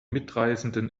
mitreißenden